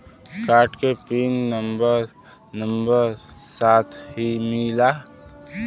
Card के pin number number साथही मिला?